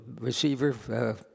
receiver